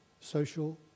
social